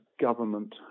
government